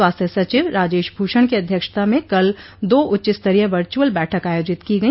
स्वास्थ्य सचिव राजेश भूषण की अध्यक्षता में कल दो उच्चस्तरीय वर्चुअल बैठक आयोजित की गई